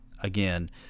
again